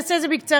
אעשה זאת בקצרה,